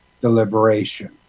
deliberation